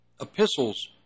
Epistles